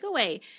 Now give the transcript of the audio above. takeaway